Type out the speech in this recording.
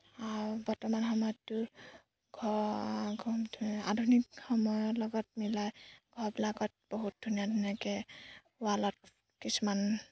বৰ্তমান সময়ততো ঘৰ আধুনিক সময়ৰ লগত মিলাই ঘৰবিলাকত বহুত ধুনীয়া ধুনীয়াকৈ ৱালত কিছুমান